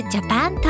Japan